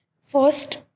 First